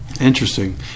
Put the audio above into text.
Interesting